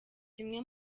kimwe